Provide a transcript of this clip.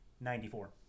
Ninety-four